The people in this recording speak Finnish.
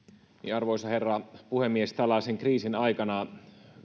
arvoisa herra puhemies tällaisen kriisin aikana